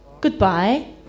goodbye